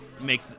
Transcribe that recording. make